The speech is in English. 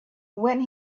when